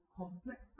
complex